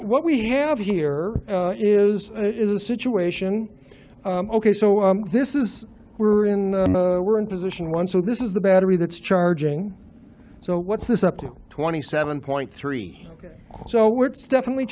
what we have here is is a situation ok so this is we're in we're in position one so this is the battery that's charging so what's this up to twenty seven point three so we're definitely